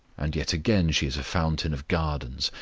and yet again she is a fountain of gardens,